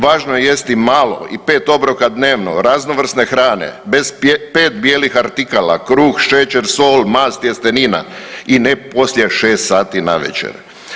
Važno je jesti malo i 5 obroka dnevno raznovrsne hrane bez 5 bijelih artikala, kruh, šećer, sol, mast, tjestenina i ne poslije 6 sati navečer.